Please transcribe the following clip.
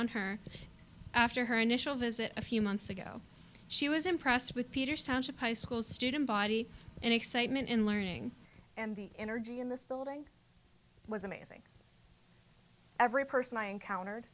on her after her initial visit a few months ago she was impressed with peters township high school student body and excitement in learning and the energy in this building was amazing every person i encountered